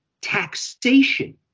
taxation